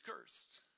cursed